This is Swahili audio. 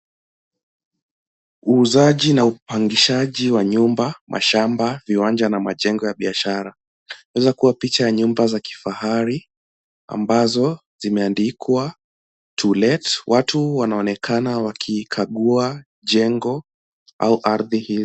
Uuzaji na upangishaji wa nyumba, mashamba, viwanja na majengo ya biashara. Inaweza kuwa picha ya nyumba za kifahari ambazo zimeandikwa To Let . Watu wanaonekana wakikagua jengo au ardhi hili.